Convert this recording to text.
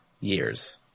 years